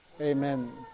Amen